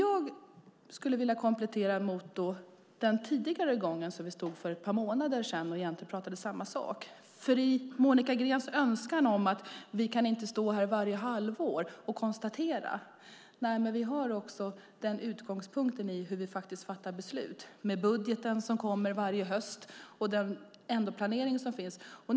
Jag skulle vilja kommentera debatten för ett par månader sedan, då vi egentligen talade om samma sak, och Monica Greens önskan att vi inte kan stå här varje halvår och upprepa detta. Nej, men utgångspunkten är hur vi faktiskt fattar besluten, med budgeten som kommer varje höst och den planering som trots allt finns.